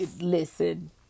listen